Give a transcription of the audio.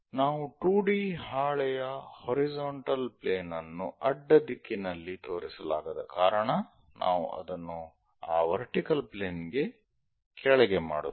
ನಾವು 2D ಹಾಳೆಯ horizontal plane ಅನ್ನು ಅಡ್ಡದಿಕ್ಕಿನಲ್ಲಿ ತೋರಿಸಲಾಗದ ಕಾರಣ ನಾವು ಅದನ್ನು ಆ ವರ್ಟಿಕಲ್ ಪ್ಲೇನ್ ನ ಕೆಳಗೆ ಮಾಡುತ್ತೇವೆ